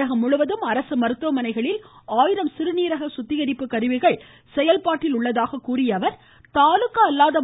தமிழகம் முழுவதும் அரசு மருத்துவமனைகளில் ஆயிரம் சிறுநீரக சுத்திகரிப்பு கருவிகள் செயல்பாட்டில் உள்ளதாக கூறிய அவர்